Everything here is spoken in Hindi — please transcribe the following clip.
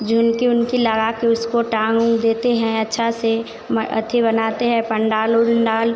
झुमकी उमकी लगाकर उसको टांग देते हैं अच्छा से मैं अथी बनाते हैं पंडाल उन्डाल